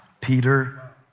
Peter